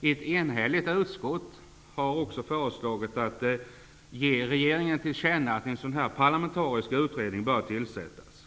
Ett enhälligt utskott har också föreslagit riksdagen att den skall ge regeringen till känna att en sådan parlamentarisk utredning bör tillsättas.